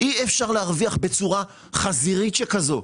אי אפשר להרוויח בצורה חזירית שכזו.